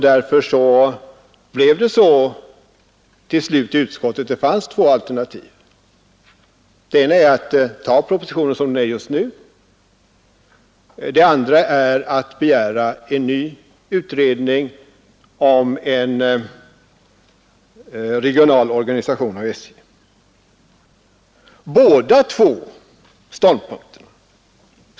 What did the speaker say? Därför blev det till slut så att det fanns två alternativ i utskottet: det ena var att ta propositionen sådan den är och det andra att begära en ny utredning om en regional organisation av SJ.